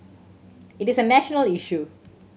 it is a national issue